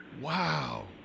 Wow